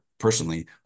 Personally